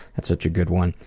that's such a good one.